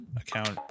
account